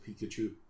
Pikachu